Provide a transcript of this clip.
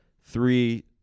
three